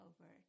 over